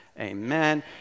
amen